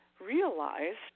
realized